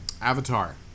Avatar